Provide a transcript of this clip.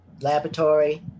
laboratory